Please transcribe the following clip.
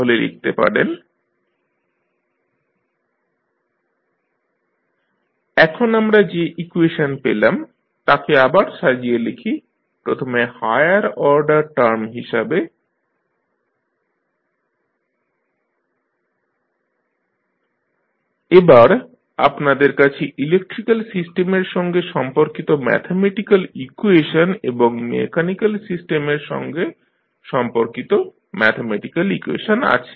তাহলে লিখতে পারেন VRdqdtLd2qdt2qC এখন আমরা যে ইকুয়েশন পেলাম তাকে আবার সাজিয়ে লিখি প্রথমে হায়ার অর্ডার টার্ম হিসাবে VLd2qdt2RdqdtqC এবার আপনাদের কাছে ইলেক্ট্রিক্যাল সিস্টেমের সঙ্গে সম্পর্কিত ম্যাথমেটিক্যাল ইকুয়েশন এবং মেকানিক্যাল সিস্টেমের সঙ্গে সম্পর্কিত ম্যাথমেটিক্যাল ইকুয়েশন আছে